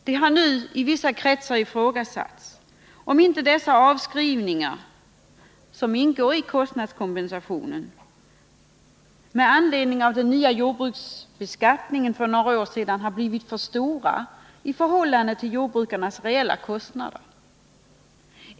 Det har nu i vissa kretsar ifrågasatts om inte dessa avskrivningar, som ingår i kostnadskompensationen, med anledning av den nya jordbruksbeskattningen för några år sedan har blivit för stora i förhållande till jordbrukarnas reella kostnader.